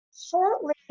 shortly